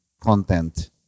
content